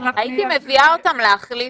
הייתי מביאה אותם להחליף,